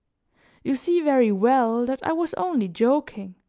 you see very well, that i was only joking,